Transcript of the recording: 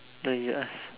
no you ask